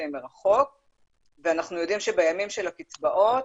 מרחוק ואנחנו יודעים שבימים של הקצבאות,